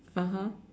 (uh huh)